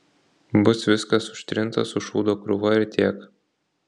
bus viskas užtrinta su šūdo krūva ir tiek